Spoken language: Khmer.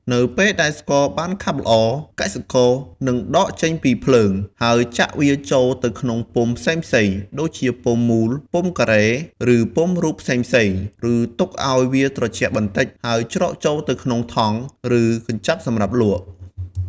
នៅពេលដែលស្ករបានខាប់ល្អ កសិករនឹងដកចេញពីភ្លើង ហើយចាក់វាចូលទៅក្នុងពុម្ពផ្សេងៗ ដូចជាពុម្ពមូល ពុម្ពការ៉េ ឬពុម្ពរូបផ្សេងៗ ឬទុកឱ្យវាត្រជាក់បន្តិច ហើយច្រកចូលទៅក្នុងថង់ ឬកញ្ចប់សម្រាប់លក់។